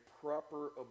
proper